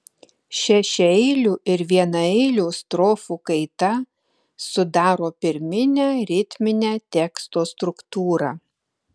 šešiaeilių ir vienaeilių strofų kaita sudaro pirminę ritminę teksto struktūrą